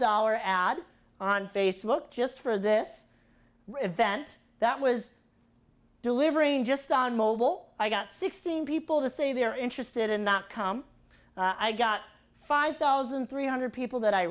dollar ad on facebook just for this revenge that was delivering just on mobile i got sixteen people to say they're interested in not come i got five thousand three hundred people that i